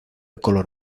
color